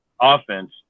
offense